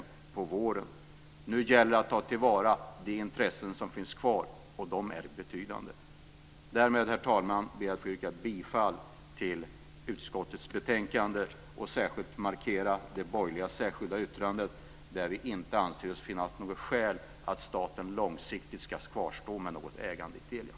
Nu gäller det att ta till vara de intressen som finns kvar, och de är betydande. Herr talman! Därmed vill jag yrka bifall till förslaget i utskottets betänkande, och jag vill speciellt markera det borgerliga särskilda yttrandet där vi inte anser att det finns skäl för att staten långsiktigt ska kvarstå med något ägande i Telia.